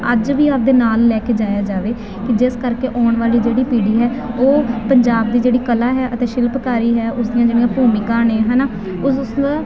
ਅੱਜ ਵੀ ਆਪਦੇ ਨਾਲ ਲੈ ਕੇ ਜਾਇਆ ਜਾਵੇ ਕਿ ਜਿਸ ਕਰਕੇ ਆਉਣ ਵਾਲੀ ਜਿਹੜੀ ਪੀੜ੍ਹੀ ਹੈ ਉਹ ਪੰਜਾਬ ਦੀ ਜਿਹੜੀ ਕਲਾ ਹੈ ਅਤੇ ਸ਼ਿਲਪਕਾਰੀ ਹੈ ਉਸ ਦੀਆਂ ਜਿਹੜੀਆਂ ਭੂਮਿਕਾ ਨੇ ਹੈ ਨਾ ਉਸ ਉਸ ਤੋਂ